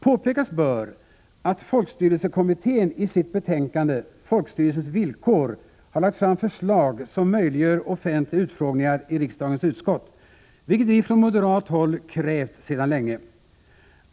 Påpekas bör att folkstyrelsekommittén i sitt betänkande Folkstyrelsens villkor har lagt fram förslag som möjliggör offentliga utfrågningar i riksdagens utskott, vilket vi från moderat håll krävt sedan länge.